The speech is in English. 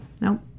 Nope